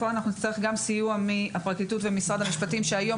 כאן נצטרך גם סיוע מהפרקליטות וממשרד המשפטים שהיום